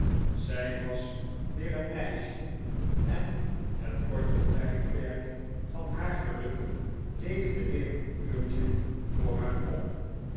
zij was weer een meisje en het korte tijdperk van haar geluk leefde weer een uurtje voor haar op